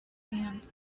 hand